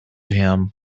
him